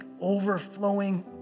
overflowing